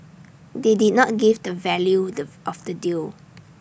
they did not give the value dove of the deal